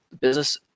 business